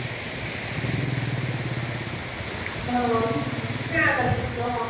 शैल करियै दिक्खयो उमां